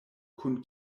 kun